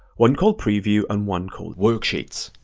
one called preview and one called worksheets.